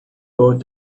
bought